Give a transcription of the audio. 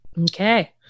okay